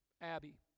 Abby